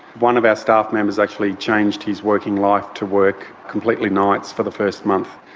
one of our staff members actually changed his working life to work completely nights for the first month.